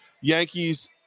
Yankees